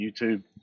YouTube